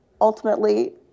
ultimately